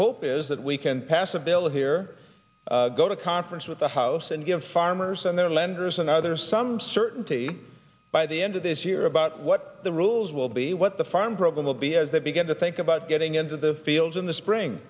hope is that we can pass a bill here go to conference with the house and give farmers and their lenders another some certainty by the end of this year about what the rules will be what the farm program will be as they begin to think about getting into the fields in the spring